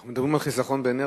אנחנו מדברים על חיסכון באנרגיה,